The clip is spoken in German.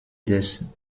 des